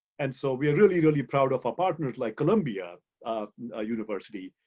and so we are really, really proud of our partners like columbia ah university,